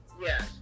Yes